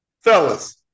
Fellas